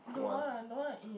don't want I don't want to eat